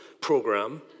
program